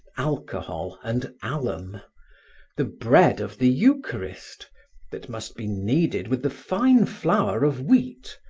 alcohol and alum the bread of the eucharist that must be kneaded with the fine flour of wheat,